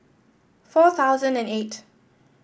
four thousand and eight